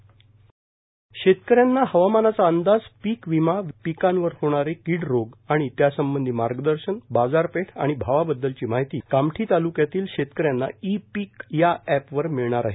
ीतकऱ्यांना हवामानाचा अंदाज पीकविमा पिकांवर येणारे कीडरोग आणि त्यासंबंधी मार्गदर्शन बाजारपेठ आणि भावाबद्दलची माहिती कामठी तालुक्यातील तक्यांना ई पीक अँपवर मिळणार आहे